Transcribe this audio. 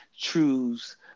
truths